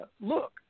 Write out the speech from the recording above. Look